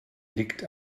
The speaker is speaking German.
liegt